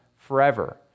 forever